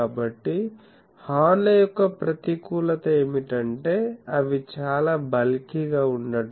కాబట్టి హార్న్ల యొక్క ప్రతికూలత ఏమిటంటే అవి చాలా బల్కి గా ఉండటం